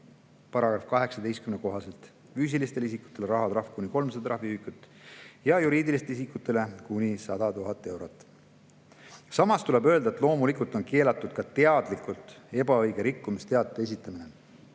eelnõu § 18 kohaselt on füüsilistele isikutele rahatrahv kuni 300 trahviühikut ja juriidilisele isikule kuni 100 000 eurot. Samas tuleb öelda, et loomulikult on keelatud ka teadlikult ebaõige rikkumisteate esitamine.